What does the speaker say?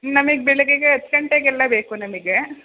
ನಮಿಗೆ ಬೆಳಿಗ್ಗೆಗೆ ಹತ್ತು ಗಂಟೆಗೆಲ್ಲ ಬೇಕು ನಮಗೆ